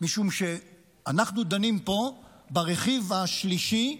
משום שאנחנו דנים פה ברכיב השלישי,